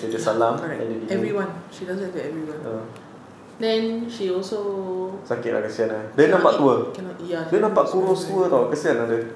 ya correct everyone she does that to anyone then she also cannot eat cannot eat ya